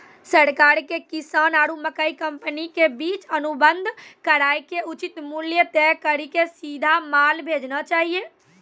सरकार के किसान आरु मकई कंपनी के बीच अनुबंध कराय के उचित मूल्य तय कड़ी के सीधा माल भेजना चाहिए?